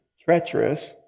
treacherous